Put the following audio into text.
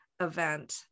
event